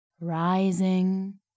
rising